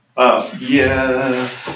Yes